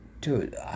Dude